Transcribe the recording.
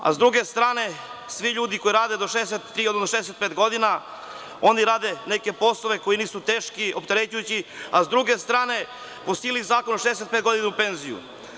Sa druge strane, svi ljudi koji rade do 63, odnosno do 65 godina, oni rade neke poslove koji nisu teški, opterećujući, a sa druge strane, po sili zakona 65 godina u penziju.